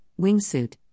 wingsuit